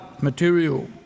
material